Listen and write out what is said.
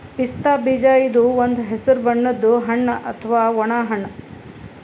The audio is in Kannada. ಪಿಸ್ತಾ ಬೀಜ ಇದು ಒಂದ್ ಹಸ್ರ್ ಬಣ್ಣದ್ ಹಣ್ಣ್ ಅಥವಾ ಒಣ ಹಣ್ಣ್